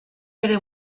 bere